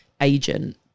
agent